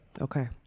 Okay